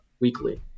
weekly